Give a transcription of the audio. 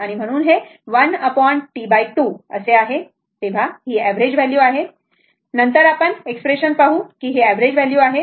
तर 1T2 आहे तर हि अवरेज व्हॅल्यू आहे बरोबर नंतर आपण एक्सप्रेशन पाहू की हि अवरेज व्हॅल्यू आहे